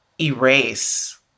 erase